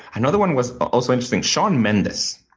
another one was also interesting. sean mendez